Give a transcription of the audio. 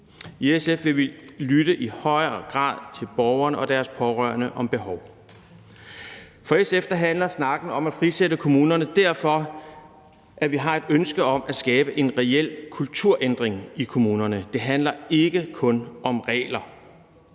I SF vil vi i højere grad lytte til borgerne og deres pårørende om behov. For SF handler snakken om at frisætte kommunerne derfor om, at vi har et ønske om at skabe en reel kulturændring i kommunerne. Det handler ikke kun om regler.